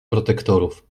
protektorów